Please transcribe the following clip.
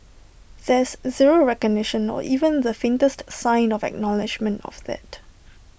there's zero recognition or even the faintest sign of acknowledgement of that